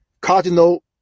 Cardinal